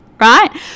right